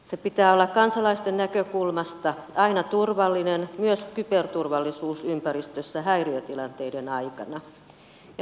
sen pitää olla kansalaisten näkökulmasta aina turvallinen myös kyberturvallisuusympäristössä häiriötilanteiden aikana